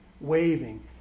waving